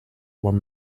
were